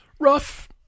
rough